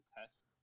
test